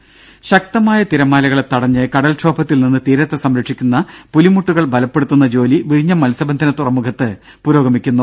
ദേദ ശക്തമായ തിരമാലകളെ തടഞ്ഞ് കടൽക്ഷോഭത്തിൽ നിന്ന് തീരത്തെ സംരക്ഷിക്കുന്ന പുലിമുട്ടുകൾ ബലപ്പെടുത്തുന്ന ജോലി വിഴിഞ്ഞം മത്സ്യബന്ധന തുറമുഖത്ത് പുരോഗമിക്കുന്നു